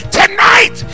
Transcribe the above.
tonight